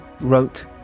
wrote